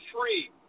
free